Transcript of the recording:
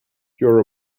your